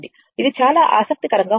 ఇది చాలా ఆసక్తికరంగా ఉంటుంది